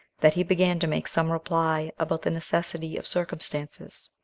that he began to make some reply about the necessity of circumstances.